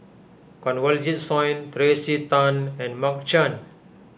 Kanwaljit Soin Tracey Tan and Mark Chan